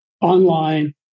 online